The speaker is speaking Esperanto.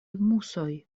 musoj